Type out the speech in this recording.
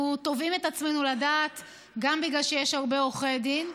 אנחנו תובעים את עצמנו לדעת גם בגלל שיש הרבה עורכי דין.